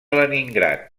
leningrad